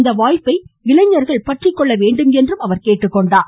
இந்த வாய்ப்பை இளைஞர்கள் பற்றிக்கொள்ள வேண்டும் என்றார்